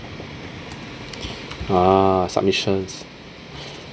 ah submissions